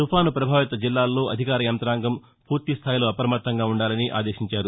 తుఫాను ప్రభావిత జిల్లాల్లో అధికార యంత్రంగం పూర్తిస్థాయిలో అప్రమత్తంగా ఉండాలని ఆదేశించారు